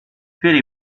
pity